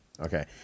Okay